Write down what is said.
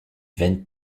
vaine